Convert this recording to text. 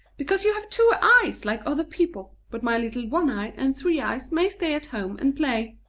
because you have two eyes like other people, but my little one-eye and three-eyes may stay at home and play.